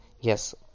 yes